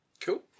Cool